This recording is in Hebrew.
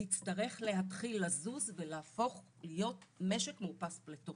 תצטרך להתחיל לזוז ולהפוך להיות משק מאופס פליטות.